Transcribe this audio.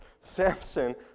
Samson